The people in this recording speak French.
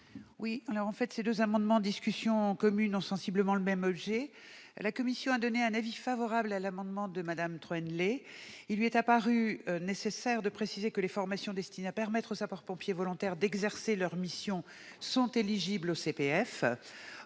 faisant l'objet d'une discussion commune ont sensiblement le même objet. La commission a donné un avis favorable à l'amendement n° 2 rectifié de Mme Troendlé, car il lui est apparu nécessaire de préciser que les formations destinées à permettre aux sapeurs-pompiers volontaires d'exercer leur mission sont éligibles au CPF.